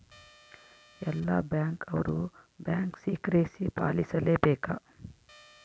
ಎಲ್ಲ ಬ್ಯಾಂಕ್ ಅವ್ರು bank secrecy ಪಾಲಿಸಲೇ ಬೇಕ